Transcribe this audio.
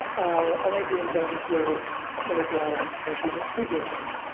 i'm adrian johns, you'll know who i am because i've been at previous ones, hi.